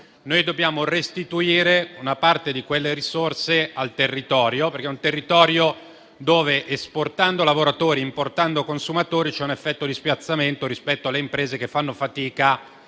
Noi dobbiamo restituire una parte di quelle risorse al territorio: esportando lavoratori e importando consumatori c'è un effetto di spiazzamento rispetto alle imprese che fanno fatica